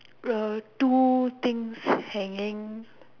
uh two things hanging